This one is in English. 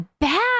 bad